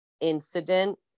incident